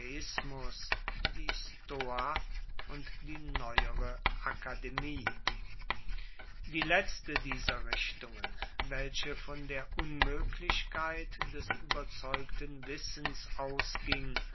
die stoa und die neuere akademie die letzte dieser richtungen welche von der unmöglichkeit des überzeugten wissens ausging